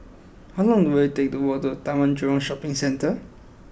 how long will it take to walk to Taman Jurong Shopping Centre